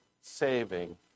saving